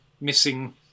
missing